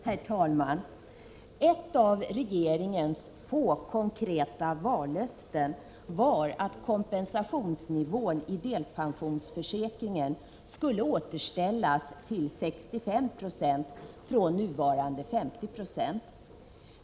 Herr talman! Ett av regeringens få konkreta vallöften var att kompensationsnivån i delpensionsförsäkringen skulle återställas till 65 20 från nuvarande 50 26.